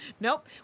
Nope